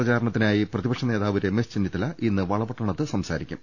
പ്രചാരണത്തിനായി പ്രതിപക്ഷ നേതാവ് രമേശ് ചെന്നിത്തല ഇന്ന് വളപട്ടണത്ത് സംസാരിക്കും